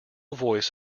voice